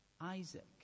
Isaac